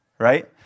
Right